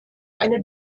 eine